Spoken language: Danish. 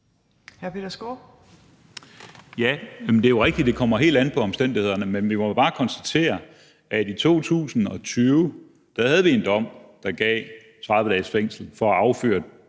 Ja, det er jo rigtigt, at det kommer helt an på omstændighederne. Men vi må bare konstatere, at i 2020 havde vi en dom, der gav 30 dages fængsel for at affyre et